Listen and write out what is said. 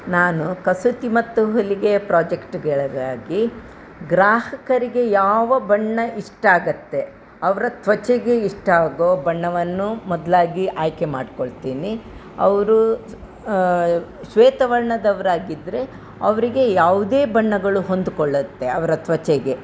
ನಾನು ಕಸೂತಿ ಮತ್ತು ಹುಲಿಗೆಯ ಪ್ರಾಜೆಕ್ಟ್ಗಳಗಾಗಿ ಗ್ರಾಹಕರಿಗೆ ಯಾವ ಬಣ್ಣ ಇಷ್ಟಾಗತ್ತೆ ಅವರ ತ್ವಚೆಗೆ ಇಷ್ಟ ಆಗೋ ಬಣ್ಣವನ್ನು ಮೊದಲಾಗಿ ಆಯ್ಕೆ ಮಾಡ್ಕೊಳ್ತೀನಿ ಅವರು ಶ್ವೇತವರ್ಣದವ್ರಾಗಿದ್ದರೆ ಅವರಿಗೆ ಯಾವುದೇ ಬಣ್ಣಗಳು ಹೊಂದ್ಕೊಳ್ಳತ್ತೆ ಅವರ ತ್ವಚೆಗೆ